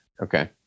Okay